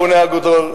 הבונה הגדול,